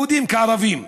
יהודים כערבים.